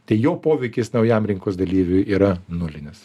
tai jo poveikis naujam rinkos dalyviui yra nulinis